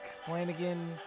Flanagan